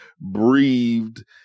breathed